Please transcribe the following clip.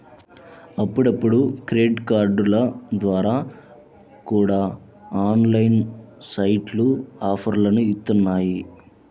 అప్పుడప్పుడు క్రెడిట్ కార్డుల ద్వారా కూడా ఆన్లైన్ సైట్లు ఆఫర్లని ఇత్తన్నాయి